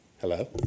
hello